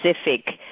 specific